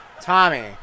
Tommy